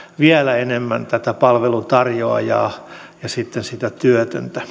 vielä enemmän tätä palveluntarjoajaa ja sitten sitä työtöntä